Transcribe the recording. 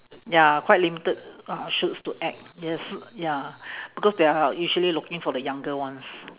ya quite limited uh shoots to act yes ya because they are usually looking for the younger ones